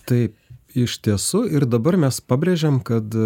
taip iš tiesų ir dabar mes pabrėžiam kad